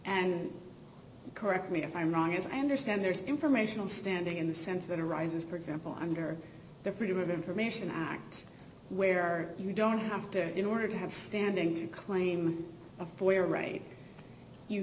and correct me if i'm wrong as i understand there's informational standing in the sense that arises for example i under the freedom of information act where you don't have to in order to have standing to claim a f